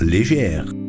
Légère